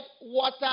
water